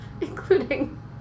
including